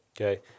okay